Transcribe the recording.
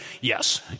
Yes